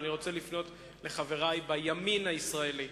אני רוצה לפנות לחברי בימין הישראלי: